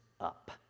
up